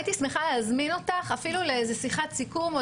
הייתי שמחה להזמין אותך לשיחת סיכום או